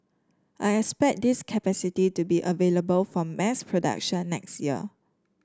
I expect this capacity to be available for mass production next year